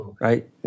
right